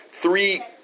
three